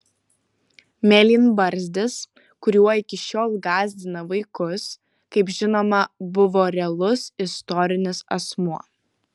mėlynbarzdis kuriuo iki šiol gąsdina vaikus kaip žinoma buvo realus istorinis asmuo